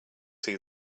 see